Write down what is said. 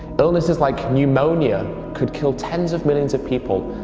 illnesses like pneumonia could kill tens of millions of people,